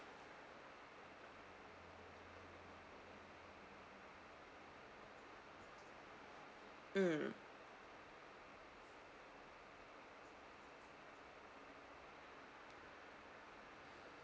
mm